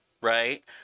right